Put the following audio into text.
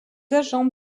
agents